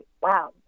wow